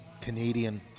Canadian